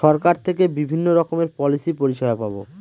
সরকার থেকে বিভিন্ন রকমের পলিসি পরিষেবা পাবো